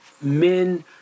men